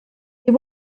they